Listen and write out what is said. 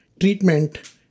treatment